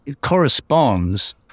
corresponds